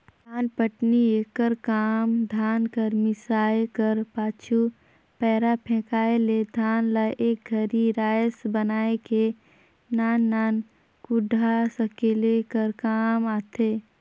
धानपटनी एकर काम धान कर मिसाए कर पाछू, पैरा फेकाए ले धान ल एक घरी राएस बनाए के नान नान कूढ़ा सकेले कर काम आथे